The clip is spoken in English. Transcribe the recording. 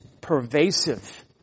pervasive